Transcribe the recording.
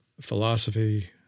philosophy